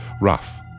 rough